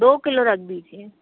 दो किलो रख दीजिए